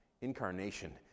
Incarnation